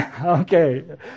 Okay